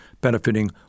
benefiting